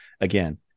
again